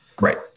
Right